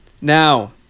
Now